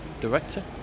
director